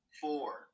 four